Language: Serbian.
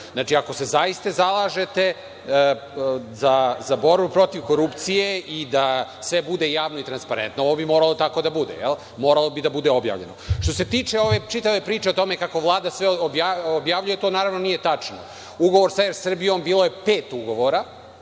Znači, ako se zaista zalažete za borbu protiv korupcije i da sve bude javno i transparentno, ovo bi moralo tako da bude, jel, moralo bi da bude objavljeno. Što se tiče ove čitave priče o tome kako Vlada sve objavljuje, to naravno nije tačno. Ugovor sa „Er Srbijom“, bilo je pet ugovora,